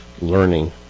learning